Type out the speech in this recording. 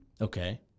Okay